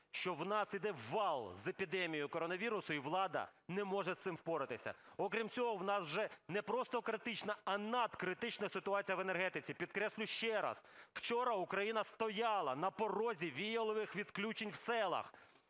що у нас йде вал з епідемією коронавірусу, і влада не може з цим впоратися. Окрім цього, у нас же не просто критична, а надкритична ситуація в енергетиці, підкреслюю ще раз, вчора Україна стояла на порозі віялових відключень в селах